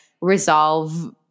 resolve